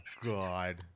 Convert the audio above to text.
god